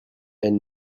elle